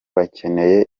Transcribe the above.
bakeneye